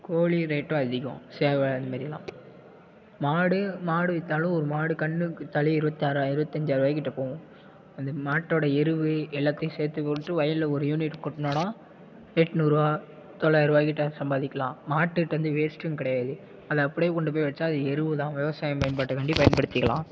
கோழி ரேட்டும் அதிகம் சேவல் அதுமாரியெல்லாம் மாடு மாடு விற்றாலும் ஒரு மாடு கன்று விற்றாலே இருபத்தாறாய இருபத்தஞ்சாயரூவாய்கிட்ட போவும் அந்த மாட்டோட எருவு எல்லாத்தையும் சேர்த்து போட்டு வயலில் ஒரு யூனிட் கொட்டுனோனா எட்நூறுரூவா தொள்ளாயரூவாய்கிட்ட சம்பாதிக்கலாம் மாட்டுட்டேந்து வேஸ்ட்டும் கிடையாது அது அப்படியே கொண்டுபோய் வச்சால் அது எருவு தான் விவசாயம் பயன்பாட்டுக்காண்டி பயன்படுத்திக்கலாம்